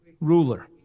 ruler